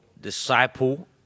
Disciple